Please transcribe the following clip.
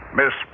Miss